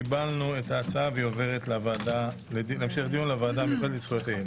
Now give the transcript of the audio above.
קיבלנו את ההצבעה והיא עוברת להמשך דיון לוועדה המיוחדת לזכויות הילד.